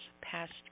past